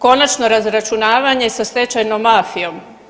Konačno razračunavanje sa stečajnom mafijom.